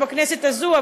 בכנסת הזאת,